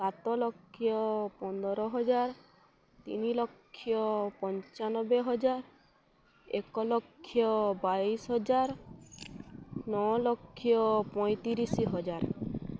ସାତ ଲକ୍ଷ ପନ୍ଦର ହଜାର ତିନି ଲକ୍ଷ ପଞ୍ଚାନବେ ହଜାର ଏକ ଲକ୍ଷ ବାଇଶି ହଜାର ନଅ ଲକ୍ଷ ପଇଁତିରିଶି ହଜାର